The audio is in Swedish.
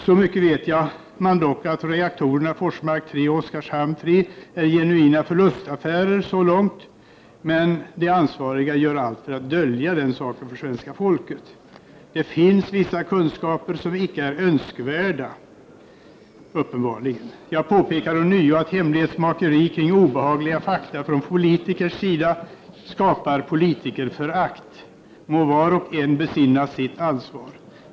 Så mycket vet man dock att reaktorerna Forsmark 3 och Oskarshamn 3 är genuina förlustaffärer så långt. Men de ansvariga gör allt för att dölja den saken för svenska folket. Det finns vissa kunskaper som inte är önskvärda, uppenbarligen. Jag påpekar ånyo att hemlighetsmakeri kring obehagliga fakta från politikers sida skapar politikerförakt. Må var och en besinna sitt ansvar!